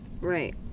Right